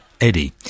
eddie